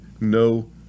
no